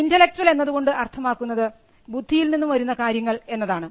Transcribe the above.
intellectual എന്നതുകൊണ്ട് അർത്ഥമാക്കുന്നത് ബുദ്ധിയിൽ നിന്നും വരുന്ന കാര്യങ്ങൾ എന്നതാണ്